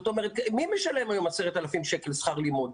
‏מי משלם היום 10,000 שקלים שכר לימוד?